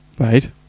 right